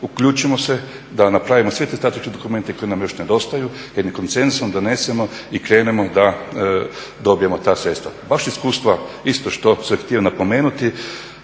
uključimo se da napravimo sve te strateške dokumente koji nam još nedostaju, jednim konsenzusom donesemo i krenemo da dobijemo ta sredstva. Baš iskustva, isto što sam htio napomenuti,